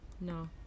No